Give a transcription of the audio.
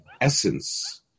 essence